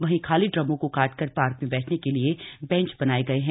वही खाली ड्रमों को काटकर पार्क में बैठने के लिए बेंच बनाए गए हैं